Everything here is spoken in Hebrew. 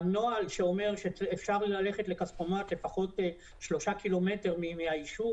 הנוהל שאומר שאפשר ללכת לכספומט לפחות שלושה ק"מ מהיישוב